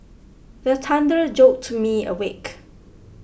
the thunder jolt me awake